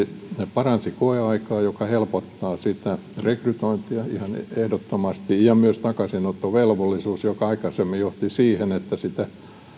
paransi koeaikaa mikä helpottaa sitä rekrytointia ihan ehdottomasti ja myös takaisinottovelvollisuutta joka aikaisemmin johti siihen että sitä